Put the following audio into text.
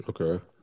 Okay